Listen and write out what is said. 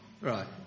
Right